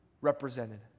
represented